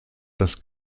das